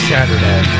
Saturday